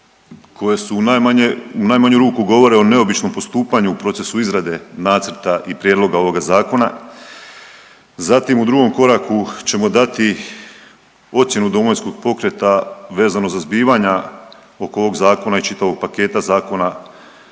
koje su u najmanju ruku, govore o neobičnom postupanju u procesu izrade nacrta i prijedloga ovoga Zakona, zatim u drugom koraku ćemo dati ocjenu Domovinskog pokreta vezano za zbivanja oko ovog Zakona i čitavog paketa zakona